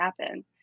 happen